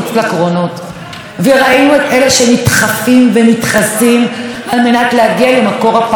וראינו את אלה שנדחפים ונדחסים על מנת להגיע למקור הפרנסה שלהם.